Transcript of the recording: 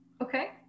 okay